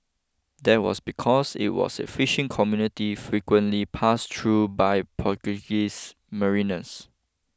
that was because it was a fishing community frequently pass through by Portuguese mariners